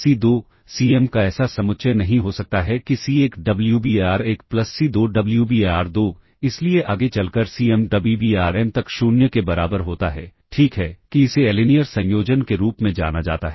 C2 Cm का ऐसा समुच्चय नहीं हो सकता है कि C1 Wbar1 plus C2 Wbar2 इसलिए आगे चलकर Cm Wbarm तक 0 के बराबर होता है ठीक है कि इसे एलिनियर संयोजन के रूप में जाना जाता है